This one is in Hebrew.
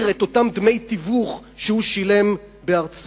את אותם דמי תיווך שהוא שילם בארצו.